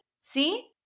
see